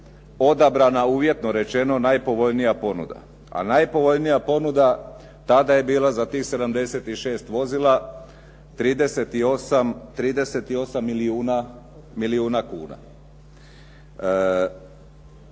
odabrana uvjetno rečeno najpovoljnija ponuda. A najpovoljnija ponuda tada je bila za tih 76 vozila 38 milijuna kuna.